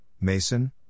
Mason